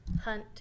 Hunt